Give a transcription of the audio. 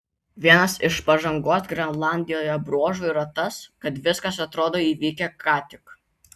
vienas iš pažangos grenlandijoje bruožų yra tas kad viskas atrodo įvykę ką tik